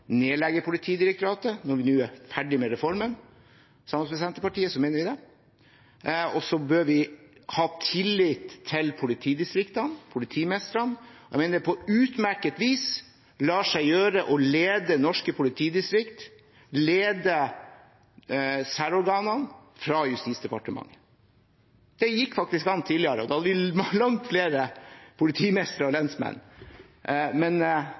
Politidirektoratet når vi nå er ferdig med reformen. Vi bør også ha tillit til politidistriktene og politimestrene. Jeg mener det på utmerket vis lar seg gjøre å lede norske politidistrikter, lede særorganene, fra Justis- og beredskapsdepartementet. Det gikk faktisk an tidligere, og da hadde vi langt flere politimestere og lensmenn.